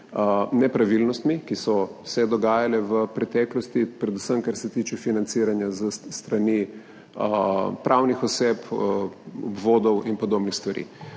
nepravilnostmi, ki so se dogajale v preteklosti, predvsem kar se tiče financiranja s strani pravnih oseb, obvodov in podobnih stvari.